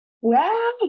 Wow